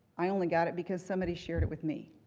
i only got it because somebody shared it with me.